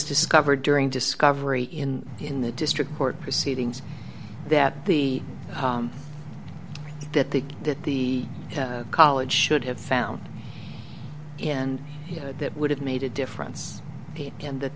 discovered during discovery in in the district court proceedings that the that the that the college should have found in here that would have made a difference and that